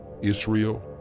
Israel